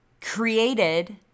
created